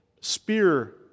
spear